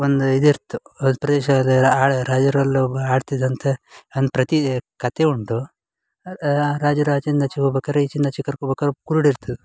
ಒಂದು ಇದು ಇತ್ತು ಆಳು ರಾಜರಲೊಬ್ಬ ಆಡ್ತಿದ್ದಂತೆ ಅನ್ ಪ್ರತಿ ಕತೆ ಉಂಟು ಅಲ್ಲಿ ರಾಜರು ಆಚಿಂದ ಆಚಿಗೆ ಹೋಗ್ಬೆಕಾದ್ರೆ ಈಚಿಂದ ಆಚಿಗೆ ಕರ್ಕೊ ಬೇಕಾರೆ ಕುರುಡು ಇತ್ತು